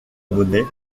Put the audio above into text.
monnaie